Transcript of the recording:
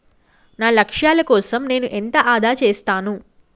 నా లక్ష్యాల కోసం నేను ఎంత ఆదా చేస్తాను?